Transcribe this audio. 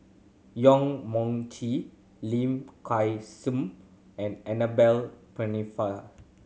Yong Mun Chee Lim Kay Seng and Annabel Pennefather